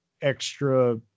extra